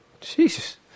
Jesus